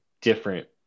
different